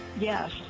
yes